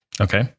Okay